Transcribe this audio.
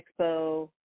Expo